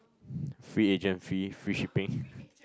free agent fee free shipping